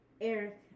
Eric